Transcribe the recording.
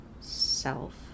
self